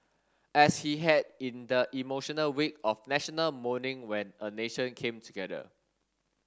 as he had in the emotional week of National Mourning when a nation came together